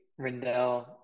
Rindell